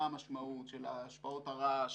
מה המשמעות של השפעות הרעש